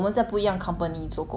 then 他他已经开始做工 liao